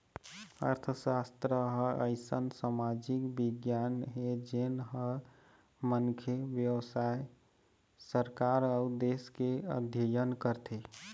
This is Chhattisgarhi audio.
अर्थसास्त्र ह अइसन समाजिक बिग्यान हे जेन ह मनखे, बेवसाय, सरकार अउ देश के अध्ययन करथे